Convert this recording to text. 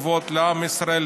טובות לעם ישראל,